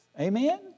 Amen